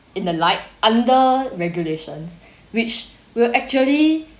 in the light under regulations which will actually